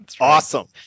Awesome